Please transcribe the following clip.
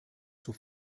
zur